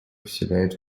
вселяет